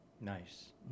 Nice